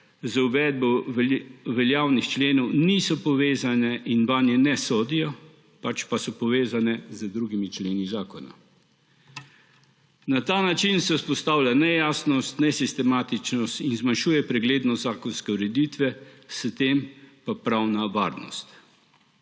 z uvedbo veljavnih členov niso povezane in vanje ne sodijo, pač pa so povezane z drugimi členi zakona. Na ta način se vzpostavlja nejasnost, nesistematičnost in zmanjšuje preglednost zakonske ureditve, s tem pa pravna varnost.